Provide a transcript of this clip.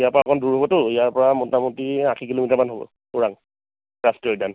ইয়াৰ পৰা অকণ দূৰ হ'বটো ইয়াৰ পৰা মোটামুটি আশী কিলোমিটাৰমান হ'ব ওৰাং ৰাষ্ট্ৰীয় উদ্যান